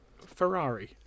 Ferrari